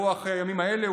ברוח הימים האלה,